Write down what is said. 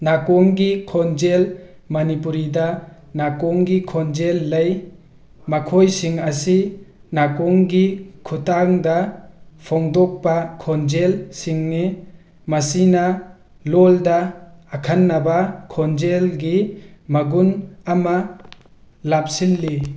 ꯅꯥꯀꯣꯡꯒꯤ ꯈꯣꯟꯖꯦꯜ ꯃꯅꯤꯄꯨꯔꯤꯗ ꯅꯥꯀꯣꯡꯒꯤ ꯈꯣꯟꯖꯦꯜ ꯂꯩ ꯃꯈꯣꯏꯁꯤꯡ ꯑꯁꯤ ꯅꯥꯀꯣꯡꯒꯤ ꯈꯨꯊꯥꯡꯗ ꯐꯣꯡꯗꯣꯛꯄ ꯈꯣꯟꯖꯦꯜꯁꯤꯡꯅꯤ ꯃꯁꯤꯅ ꯂꯣꯟꯗ ꯑꯈꯟꯅꯕ ꯈꯣꯟꯖꯦꯜꯒꯤ ꯃꯒꯨꯟ ꯑꯃ ꯍꯥꯞꯆꯤꯜꯂꯤ